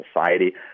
society